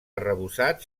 arrebossat